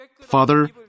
Father